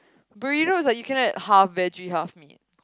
burrito is like you can add half veggie half meat